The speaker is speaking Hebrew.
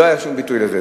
לא היה שום ביטוי לזה.